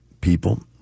people